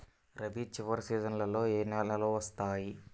రబీ చివరి సీజన్లో ఏ నెలలు వస్తాయి?